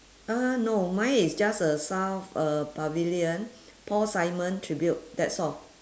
uh no my is just a south uh pavilion paul simon tribute that's all